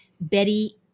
Betty